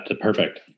perfect